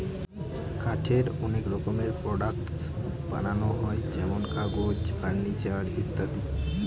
কাঠের অনেক রকমের প্রডাক্টস বানানো হয় যেমন কাগজ, ফার্নিচার ইত্যাদি